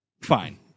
fine